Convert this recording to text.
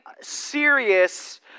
serious